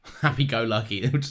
happy-go-lucky